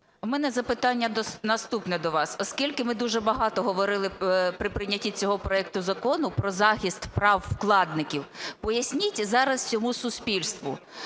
В мене запитання наступне до вас. Оскільки ми дуже багато говорили, при прийнятті цього проекту закону, про захист прав вкладників, поясніть зараз всьому суспільству.